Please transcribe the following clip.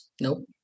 Nope